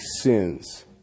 sins